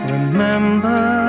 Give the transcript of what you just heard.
Remember